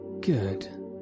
Good